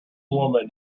woman